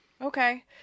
Okay